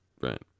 Right